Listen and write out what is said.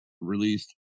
released